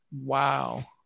Wow